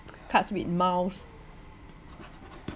cards with miles